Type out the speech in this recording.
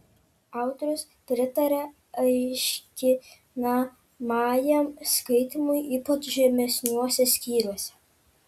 autorius pritaria aiškinamajam skaitymui ypač žemesniuose skyriuose